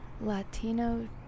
Latino